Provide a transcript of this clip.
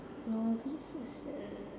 novice is a